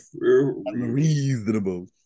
unreasonable